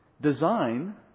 design